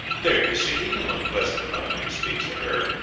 there, you see, he can look pleasant enough when he speaks to her.